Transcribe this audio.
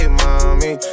mommy